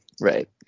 Right